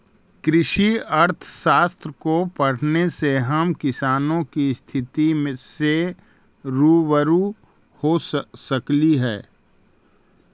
कृषि अर्थशास्त्र को पढ़ने से हम किसानों की स्थिति से रूबरू हो सकली हे